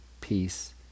peace